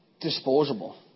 disposable